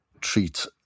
treat